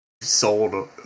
sold